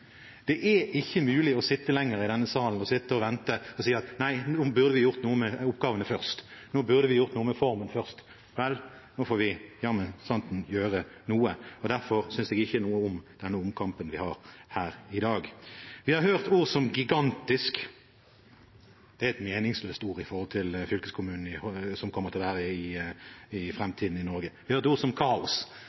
Det er ikke mulig å sitte lenger i denne salen og vente og si at nei, nå burde vi gjort noe med oppgavene først, nå burde vi gjort noe med formen først. Vel, nå får vi jammen santen gjøre noe, og derfor synes jeg ikke noe om denne omkampen vi har her i dag. Vi har hørt ord som gigantisk – det er et meningsløst ord med hensyn til fylkeskommunene som kommer til å være i framtiden i Norge. Vi har hørt ord som kaos